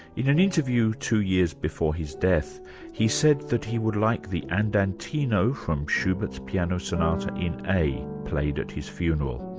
in an interview two years before his death he said that he would like the adantino from schubert's piano sonata in a played at his funeral,